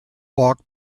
walk